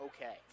okay